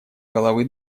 головы